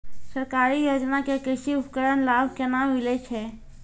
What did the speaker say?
सरकारी योजना के कृषि उपकरण लाभ केना मिलै छै?